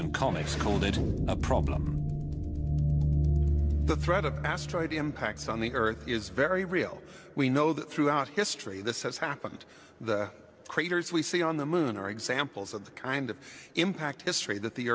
and comics called it a problem the threat of asteroid impacts on the earth is very real we know that throughout history this has happened the craters we see on the moon are examples of the kind of impact history that the